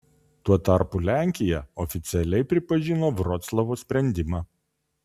tuo tarpu lenkija oficialiai pripažino vroclavo sprendimą